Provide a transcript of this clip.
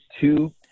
two